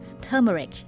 turmeric